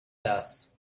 das